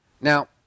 Now